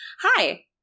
Hi